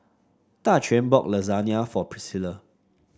Daquan bought Lasagna for Priscila